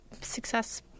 success